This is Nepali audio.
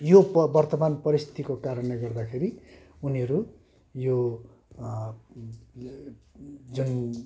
यो प वर्तमान परिस्थितिको कारणले गर्दाखेरि उनीहरू यो